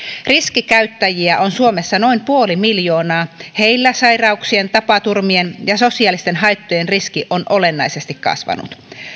riskikäyttäjiä on suomessa noin puoli miljoonaa heillä sairauksien tapaturmien ja sosiaalisten haittojen riski on olennaisesti kasvanut